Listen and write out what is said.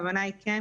הכוונה היא כן,